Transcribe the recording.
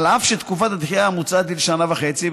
אף שתקופת הדחייה המוצעת היא שנה וחצי,